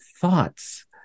thoughts